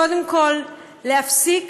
קדום כול, להפסיק